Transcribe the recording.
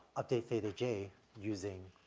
update theta j, using